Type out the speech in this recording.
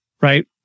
right